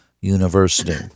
University